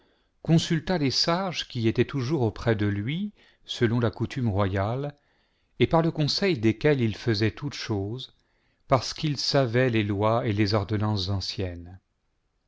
consulta les sages qui étaient toujours auprès de lui selon la coutume royale et par le conseil desquels il faisait toutes choses parce qu'ils savaient les lois et les ordonnances anciennes